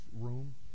room